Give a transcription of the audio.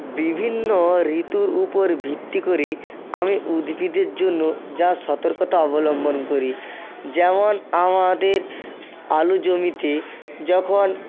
বিভিন্ন ঋতুর উপর ভিত্তি করে আমি উদ্ভিদের জন্য যা সতর্কতা অবলম্বন করি যেমন আমাদের আলু জমিতে যখন